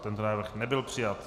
Tento návrh nebyl přijat.